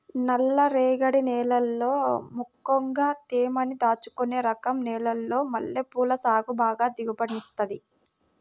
నల్లరేగడి నేలల్లో ముక్కెంగా తేమని దాచుకునే రకం నేలల్లో మల్లెపూల సాగు బాగా దిగుబడినిత్తది